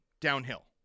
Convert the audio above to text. downhill